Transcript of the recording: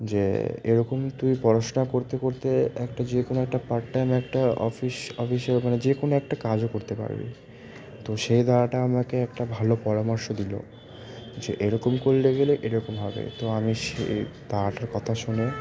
যে এরকম তুই পড়াশোনা করতে করতে একটা যে কোনো একটা পার্ট টাইম একটা অফিস অফিসে মানে যে কোনো একটা কাজও করতে পারবি তো সেই দাড়াটা আমাকে একটা ভালো পরামর্শ দিলো যে এরকম করলে গেলে এরকম হবে তো আমি সেই দাড়াটার কথা শুনে